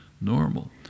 normal